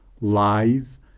Lies